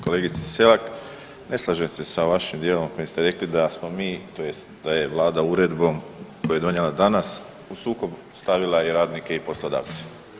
Kolegice Selak, ne slažem se sa vašim dijelom u kojem ste rekli da smo mi tj. da je vlada uredbom koju je donijela danas u sukob stavila i radnike i poslodavce.